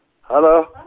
Hello